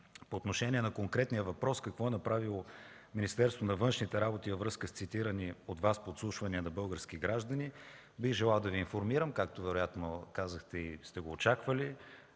По отношение на конкретния въпрос: какво е направило Министерство на външните работи във връзка с цитирани от Вас подслушвания на български граждани, бих желал да Ви информирам, както казахте и сте го очаквали,